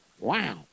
Wow